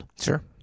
Sure